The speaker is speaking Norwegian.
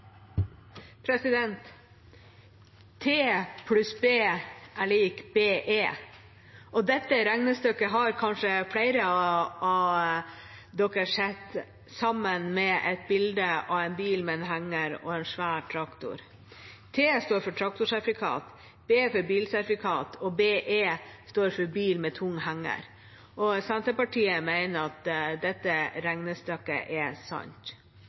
og dette regnestykket har kanskje flere av oss sett sammen med et bilde av en bil med henger og en svær traktor. T står for traktorsertifikat, B for bilsertifikat, og BE står for bil med tung henger. Senterpartiet mener at dette regnestykket er sant.